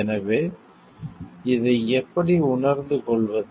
எனவே இதை எப்படி உணர்ந்து கொள்வது